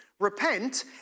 Repent